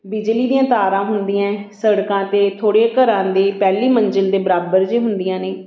ਬਿਜਲੀ ਦੀਆਂ ਤਾਰਾਂ ਹੁੰਦੀਆਂ ਹੈ ਸੜਕਾਂ 'ਤੇ ਥੋੜ੍ਹੀਆਂ ਘਰਾਂ ਦੇ ਪਹਿਲੀ ਮੰਜ਼ਿਲ ਦੇ ਬਰਾਬਰ ਜਿਹੇ ਹੁੰਦੀਆਂ ਨੇ